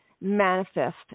manifest